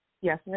Yes